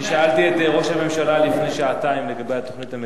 אני שאלתי את ראש הממשלה לפני שעתיים לגבי התוכנית המדינית,